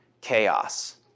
chaos